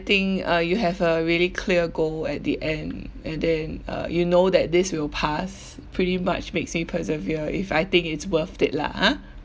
think uh you have a really clear goal at the end and then uh you know that this will pass pretty much makes me persevere if I think it's worth it lah ah